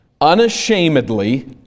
unashamedly